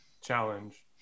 challenge